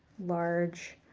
large